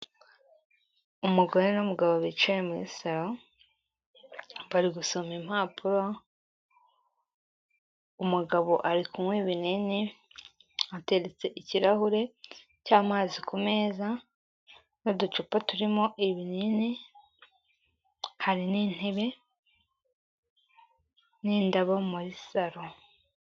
Umugore n'umugabo bicaye muri saro, bari gusoma impapuro, umugabo ari kunywa ibinini, ateretse ikirahure cy'amazi ku meza n'uducupa turimo ibinini, hari n'intebe n'indabo muri saro.